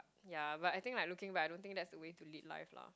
yeah but I think I looking back I don't think there's a way to live life lor